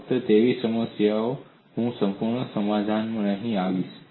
ફક્ત તેની વિશેષતા હું સંપૂર્ણ સમાધાનમાં નહીં આવીશ